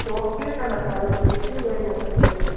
તો ક્યું તમને ફાવે છે ક્યું રમ્યું છો ક્યારેય